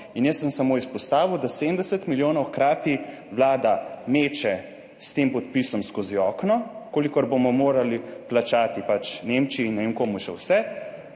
in jaz sem samo izpostavil, da 70 milijonov hkrati vlada meče s tem podpisom skozi okno, kolikor bomo morali plačati Nemčiji in ne vem komu še vse,